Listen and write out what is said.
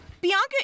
Bianca